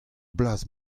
blaz